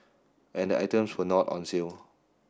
and the items were not on sale